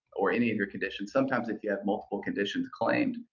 or any of your conditions. sometimes if you have multiple conditions claimed,